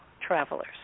travelers